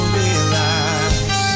realize